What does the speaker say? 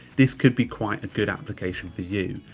this could be quite a good application for you.